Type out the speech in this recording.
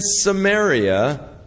Samaria